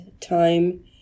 time